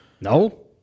No